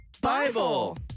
Bible